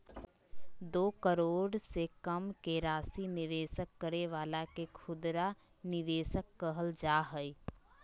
दो करोड़ से कम के राशि निवेश करे वाला के खुदरा निवेशक कहल जा हइ